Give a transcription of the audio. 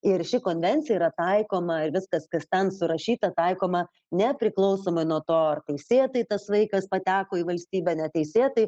ir ši konvencija yra taikoma ir viskas kas ten surašyta taikoma nepriklausomai nuo to ar teisėtai tas vaikas pateko į valstybę neteisėtai